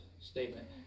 statement